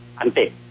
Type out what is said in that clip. Ante